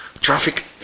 Traffic